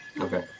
Okay